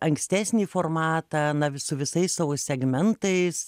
ankstesnį formatą na vi su visais savo segmentais